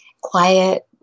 quiet